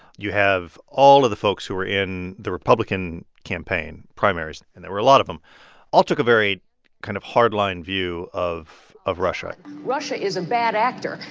you have all of the folks who are in the republican campaign primaries and there were a lot of them all took a very kind of hard-line view of of russia russia is a bad actor.